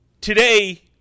Today